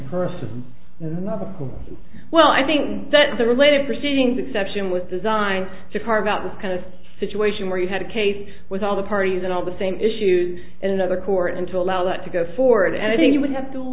person another well i think that the related proceedings exception with designed to carve out this kind of situation where you had a case with all the parties and all the same issues in another court and to allow that to go for it and i think you would have to